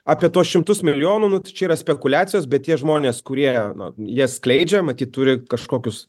apie tuos šimtus milijonų nu tai čia yra spekuliacijos bet tie žmonės kurie na ją skleidžia matyt turi kažkokius